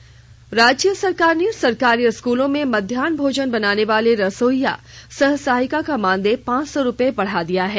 रसोइया मानदेय राज्य सरकार ने सरकारी स्कूलों में मध्याहन भोजन बनाने वाले रसोइया सह सहायिका का मानदेय पांच सौ रुपए बढ़ा दिया है